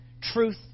truth